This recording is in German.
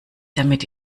damit